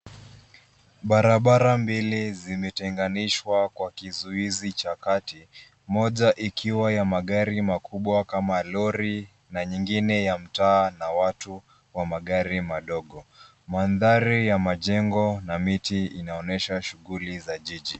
Barabara mbili zimetenganishwa kwa kizuizi cha kati. Moja ikiwa ya magari makubwa kama lori, na nyingine ya mtaa na watu wa magari madogo. Mandhari ya majengo na miti inaonesha shughuli za jiji.